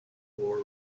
war